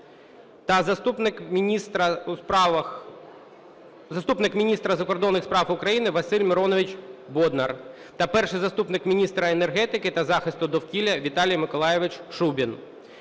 та заступник міністра закордонних справ України Василь Миронович Боднар, та перший заступник міністра енергетики та захисту довкілля Віталій Миколайович Шубін.